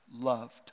loved